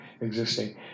existing